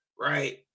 right